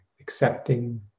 accepting